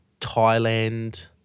Thailand